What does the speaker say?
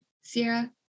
Sierra